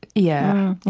yeah.